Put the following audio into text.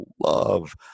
love